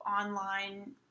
online